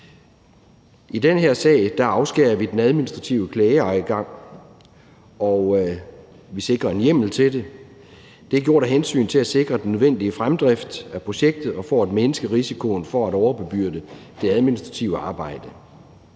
I den her sag afskærer vi den administrative klageadgang, og vi sikrer en hjemmel til det. Det er gjort for at sikre den nødvendige fremdrift i projektet og for at mindske risikoen for at overbebyrde det administrative arbejde.